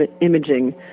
imaging